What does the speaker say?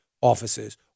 offices